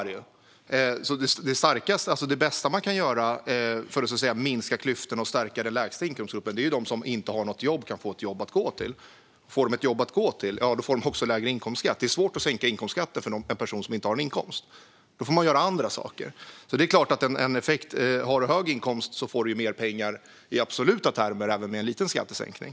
Det bästa man kan göra för att minska klyftorna och stärka den lägsta inkomstgruppen är att se till att de som inte har något jobb kan få ett jobb att gå till. Då får de också lägre inkomstskatt, men det är svårt att sänka inkomstskatten för en person som inte har någon inkomst. Då får man göra andra saker. Det är klart att den som har hög inkomst får mer pengar i absoluta termer även med en liten skattesänkning.